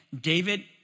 David